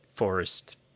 forest